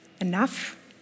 enough